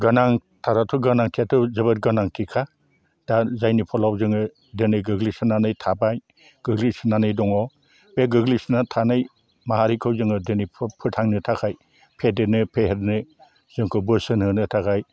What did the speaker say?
गोनांथाराथ' गोनांथिआथ' जोबोर गोनांथिखा दा जायनि फलआव जोङो दिनै गोग्लैसोनानै थाबाय गोग्लैसोनानै दङ बे गोग्लैसोनानै थानाय माहारिखौ जोङो दिनै फो फोथांनो थाखाय फेदेरनो फेहेरनो जोंखौ बोसोन होनो थाखाय